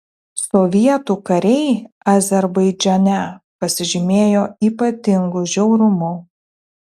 sovietų kariai azerbaidžane pasižymėjo ypatingu žiaurumu